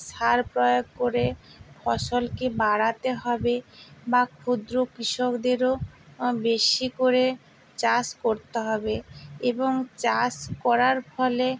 সার প্রয়োগ করে ফসলকে বাড়াতে হবে বা ক্ষুদ্র কৃষকদেরও বেশি করে চাষ করতে হবে এবং চাষ করার ফলে